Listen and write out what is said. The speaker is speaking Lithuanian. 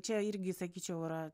čia irgi sakyčiau yra